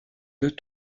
deux